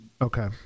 Okay